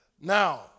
Now